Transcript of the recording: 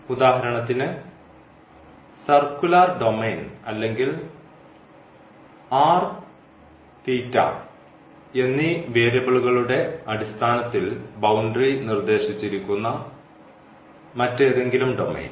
ഉദാഹരണത്തിന് circular domain അല്ലെങ്കിൽ എന്നീ വേരിയബിൾകളുടെ അടിസ്ഥാനത്തിൽ ബൌണ്ടറി നിർദ്ദേശിച്ചിരിക്കുന്ന മറ്റേതെങ്കിലും ഡൊമെയ്ൻ